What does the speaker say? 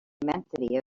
immensity